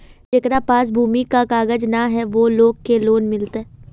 जेकरा पास भूमि का कागज पत्र न है वो लोग के लोन मिलते?